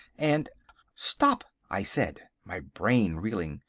and stop! i said, my brain reeling.